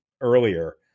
earlier